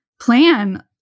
plan